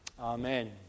Amen